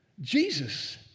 Jesus